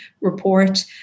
report